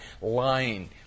lying